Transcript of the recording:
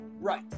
right